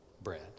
bread